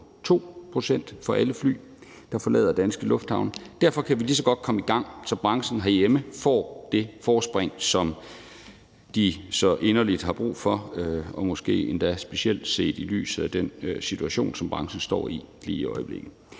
for alle fly, der forlader danske lufthavne. Derfor kan vi lige så godt komme i gang herhjemme, så branchen får det forspring, som de så inderligt har brug for – måske specielt set i lyset af den situation, som branchen står i lige i øjeblikket.